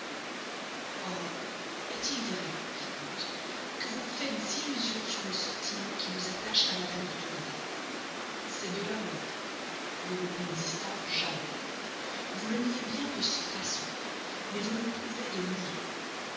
est-il vrai vicomte que vous vous faites illusion sur le sentiment qui vous attache à mme de tourvel c'est de l'amour ou il n'en exista jamais vous le niez bien de cent façons mais vous le prouvez de